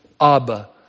Abba